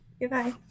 goodbye